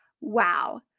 Wow